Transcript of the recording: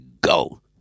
go